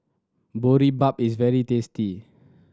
boribap is very tasty